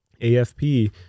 AFP